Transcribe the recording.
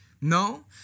No